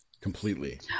completely